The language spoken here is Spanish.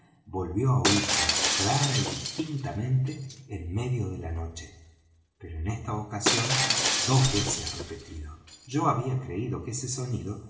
volvió á oirse clara y distintamente enmedio de la noche pero en esta ocasión dos veces repetido yo había creído que ese sonido